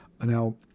Now